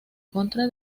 contra